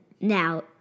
now